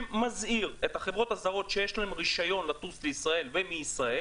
שמזהיר את החברות הזרות שיש להן רישיון לטוס לישראל ומישראל,